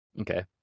Okay